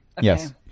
Yes